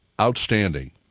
outstanding